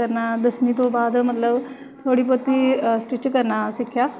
करना दसमीं दे बाद थोह्ड़ा मतलब थोह्ड़ा स्टिच करना सिक्खेआ